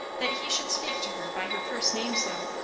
that he should speak to her by her first name so!